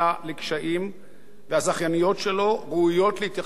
הזכייניות שלו ראויות להתייחסות מצד הממשלה.